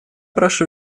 прошу